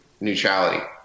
neutrality